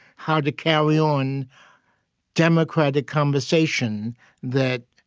how to carry on democratic conversation that,